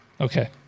Okay